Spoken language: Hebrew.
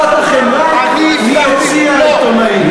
אכפת לכם רק מיציע העיתונאים.